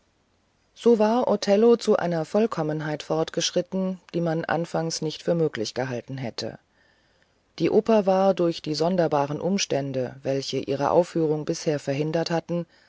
so war othello zu einer vollkommenheit fortgeschritten die man anfangs nicht für möglich gehalten hätte die oper war durch die sonderbaren umstände welche ihre aufführung bisher verhindert hatte